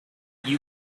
you